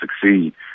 succeed